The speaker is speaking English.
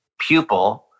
pupil